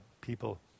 people